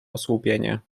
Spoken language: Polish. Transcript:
osłupienie